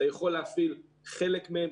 אתה יכול להפעיל חלק מהם,